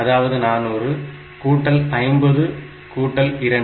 அதாவது 400 கூட்டல் 50 கூட்டல் 2